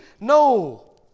no